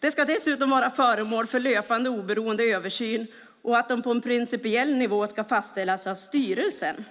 De ska dessutom vara föremål för löpande oberoende översyn, och de ska på en principiell nivå fastställas av styrelsen.